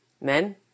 Men